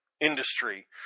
industry